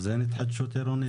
אין התחדשות עירונית?